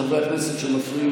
חברת הכנסת מלינובסקי,